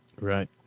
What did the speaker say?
Right